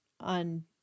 on